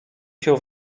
się